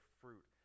fruit